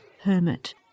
Hermit